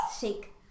shake